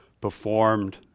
performed